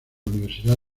universidad